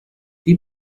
die